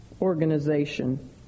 organization